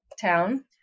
town